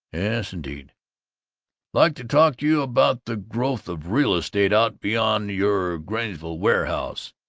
yes, indeed like to talk to you about the growth of real estate out beyond your grantsville warehouse.